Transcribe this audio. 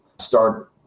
start